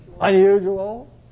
Unusual